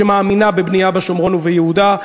שמאמינה בבנייה בשומרון וביהודה,